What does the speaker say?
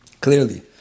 clearly